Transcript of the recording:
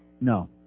No